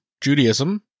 Judaism